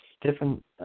different